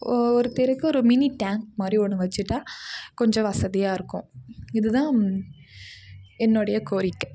ஒரு தெருக்கு ஒரு மினி டேங்க் மாதிரி ஒன்று வச்சுட்டா கொஞ்சம் வசதியாயிருக்கும் இதுதான் என்னுடைய கோரிக்கை